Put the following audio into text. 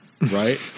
right